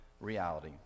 reality